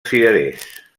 cirerers